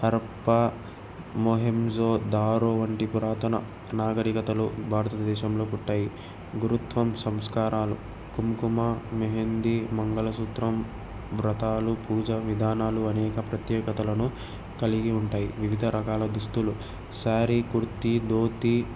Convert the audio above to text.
హరప్ప మోహెంజోదారో వంటి పురాతన నాగరికతలు భారతదేశంలో పుట్టాయి గురుత్వం సంస్కారాలు కుంకుమ మెహందీ మంగళసూత్రం వ్రతాలు పూజ విధానాలు అనేక ప్రత్యేకతలను కలిగి ఉంటాయి వివిధ రకాల దుస్తులు శారీ కుర్తి ధోతి